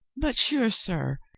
but sure, sir,